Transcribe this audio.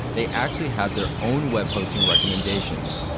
they actually have their own web hosting recommendations.